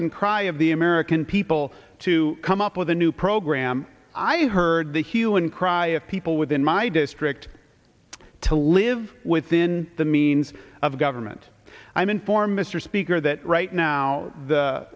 and cry of the american people to come up with a new program i heard the hue and cry of people within my district to live within the means of government i mean for mr speaker that right now the